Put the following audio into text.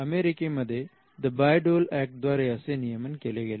अमेरिकेमध्ये the Bayh Dole Act द्वारे असे नियमन केले गेले